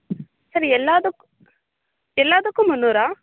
sir ಎಲ್ಲಾದಕ್ಕು ಎಲ್ಲಾದಕ್ಕೂ ಮುನ್ನೂರಾ